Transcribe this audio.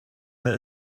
that